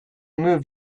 move